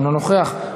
אינו נוכח,